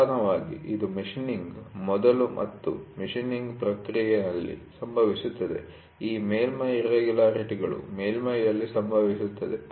ಪ್ರಧಾನವಾಗಿ ಇದು ಮಷೀನ್ನಿಂಗ್ ಮೊದಲು ಮತ್ತು ಮಷೀನ್ನಿಂಗ್ ಪ್ರಕ್ರಿಯೆಪ್ರಾಸೆಸ್'ನಲ್ಲಿ ಸಂಭವಿಸುತ್ತದೆ ಈ ಮೇಲ್ಮೈ ಇರ್ರೆಗುಲರಿಟಿ'ಗಳು ಮೇಲ್ಮೈ'ನಲ್ಲಿ ಸಂಭವಿಸುತ್ತದೆ